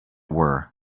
were